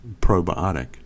probiotic